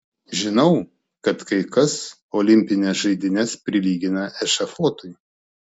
žinau kad kai kas olimpines žaidynes prilygina ešafotui